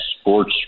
sports